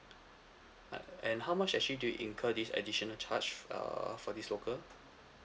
uh and how much actually did you incur this additional charge uh for this local